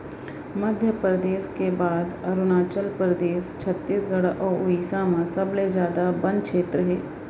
मध्यपरेदस के बाद अरूनाचल परदेस, छत्तीसगढ़ अउ उड़ीसा म सबले जादा बन छेत्र हे